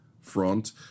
front